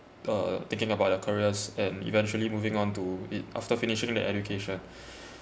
uh thinking about their careers and eventually moving onto it after finishing their education